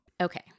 Okay